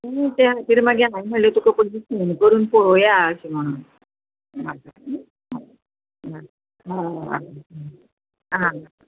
त्या खातीर मागीर हांवें म्हळ्ळें तुका पयली फोन करून पळोवया अशें म्हणोन हय हय आं आं